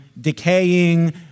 decaying